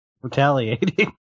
Retaliating